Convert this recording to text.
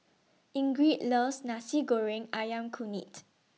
Ingrid loves Nasi Goreng Ayam Kunyit